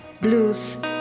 blues